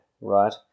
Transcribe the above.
Right